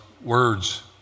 words